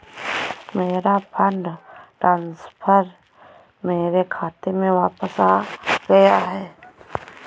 मेरा fund transfer मेरे खाते में वापस आ गया है